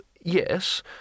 yes